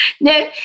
No